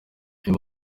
uyu